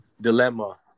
dilemma